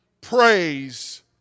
praise